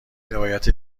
روایت